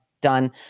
done